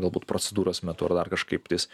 galbūt procedūros metu ar dar kažkaip tais